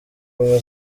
ubumwe